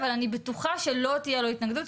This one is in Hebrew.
אבל אני בטוחה שלא תהיה לו התנגדות,